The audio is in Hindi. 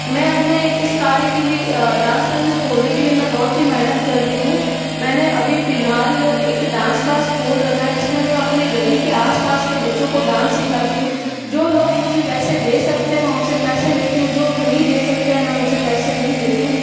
मैं अपने इस कार्य के लिए डांस क्लासेस खोलने के लिए मैं बहुत ही मेहनत कर रही हूँ मैंने अभी फिलहाल एक डांस क्लास खोल रखा है जिसमें मैं अपने गली के आसपास के बच्चों को डांस सिखाती हूँ जो लोग मुझे पैसे दे सकते हैं मैं उनसे पैसे लेती हूँ जो नहीं दे सकते हैं मैं उनसे पैसे नहीं लेती हूँ